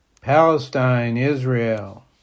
Palestine-Israel